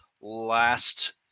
last